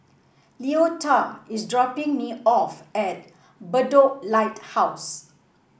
Leota is dropping me off at Bedok Lighthouse